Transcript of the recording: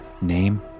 name